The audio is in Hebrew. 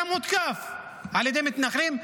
גם הותקף על ידי מתנחלים,